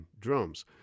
drums